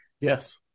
Yes